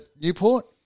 Newport